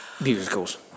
musicals